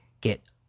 get